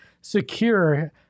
secure